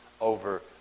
over